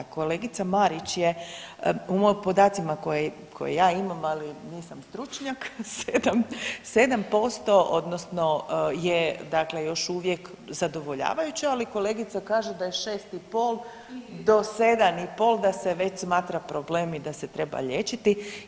Kolegica Marić prema podacima koje ja imam, ali nisam stručnjak, 7% odnosno je dakle još uvijek zadovoljavajuće, ali kolegica kaže da je 6,5 do 7,5 da se već smatra problem i da se treba liječiti.